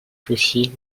fossiles